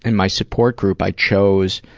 and my support group i chose